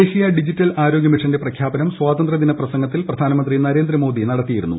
ദേശീയ ഡിജിറ്റൽ ആരോഗൃ മിഷന്റെ പ്രഖ്യാപനം സ്വാതന്ത്രൃ ദിന പ്രസംഗ ത്തിൽ പ്രധാനമന്ത്രി നരേന്ദ്രമോദി നടത്തിയിരുന്നു